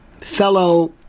fellow